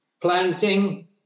planting